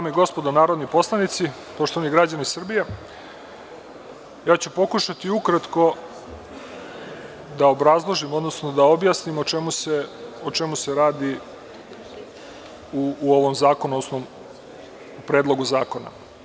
gospodo narodni poslanici, poštovani građani Srbije, ja ću pokušati ukratko da obrazložim odnosno da objasnim o čemu se radi u ovom Predlogu zakona.